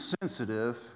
sensitive